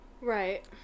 Right